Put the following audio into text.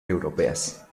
europeas